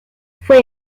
fue